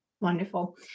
Wonderful